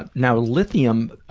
but now, lithium,